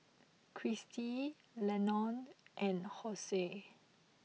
Christi Leonor and Hosie